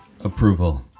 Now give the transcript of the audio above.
Approval